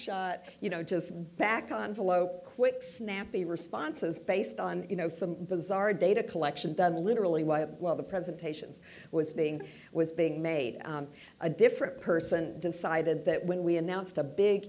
shot you know to back on follow quick snappy responses based on you know some bizarre data collection done literally while well the presentations was being was being made a different person decided that when we announced a big